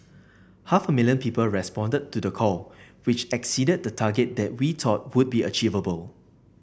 half a million people responded to the call which exceeded the target that we thought would be achievable